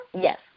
Yes